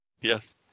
Yes